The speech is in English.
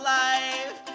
life